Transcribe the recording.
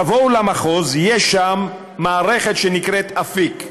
תבואו למחוז ויש שם מערכת שנקראת אפיק,